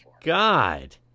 God